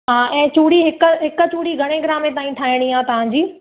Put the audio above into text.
हा ऐं चूड़ी हिकु हिकु चूड़ी घणे ग्रामे ताईं ठाहिणी आहे तव्हांजी